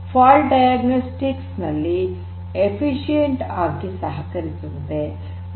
fault diagnostic ನಲ್ಲಿ efficient ಆಗಿ ಸಹಕರಿಸುತ್ತದೆ